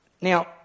Now